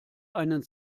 einen